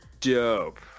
dope